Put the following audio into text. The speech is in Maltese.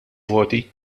voti